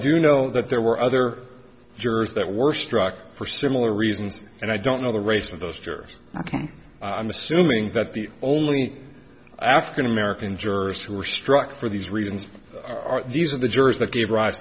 do know that there were other jurors that were struck for similar reasons and i don't know the race of those jervy ok i'm assuming that the only african american jurors who were struck for these reasons are these are the jurors that gave rise